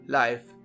life